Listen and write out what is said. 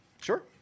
Sure